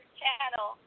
channel